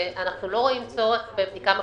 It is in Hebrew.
ואנחנו לא רואים צורך בבדיקה מחודשת.